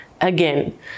again